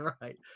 right